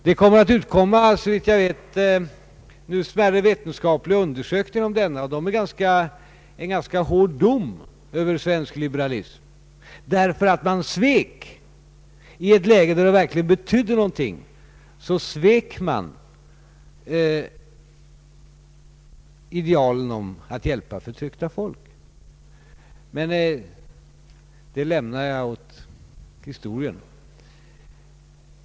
Resultatet av en vetenskaplig undersökning i denna fråga kommer, såvitt jag förstår, snart att föreligga. Det blir en ganska hård dom över svensk liberalism, som i ett läge då det verkligen betydde någonting, svek idealen när det gäller att hjälpa förtryckta folk. Men jag lämnar detta åt historien.